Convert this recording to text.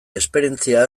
esperientzia